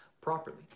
properly